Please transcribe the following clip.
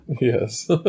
Yes